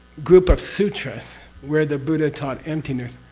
group of sutras where the buddha taught emptiness,